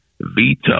veto